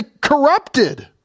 corrupted